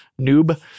noob